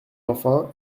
enfin